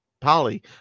Polly